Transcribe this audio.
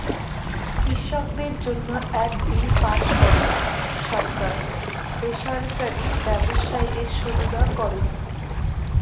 কৃষকদের জন্য এক বিল পাস করে সরকার বেসরকারি ব্যবসায়ীদের সুবিধা করেন